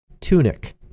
tunic